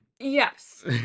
Yes